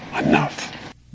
Enough